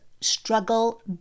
struggle